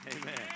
Amen